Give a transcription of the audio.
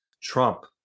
Trump